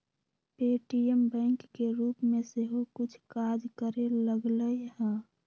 Paytm bank के रूप में सेहो कुछ काज करे लगलै ह